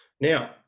Now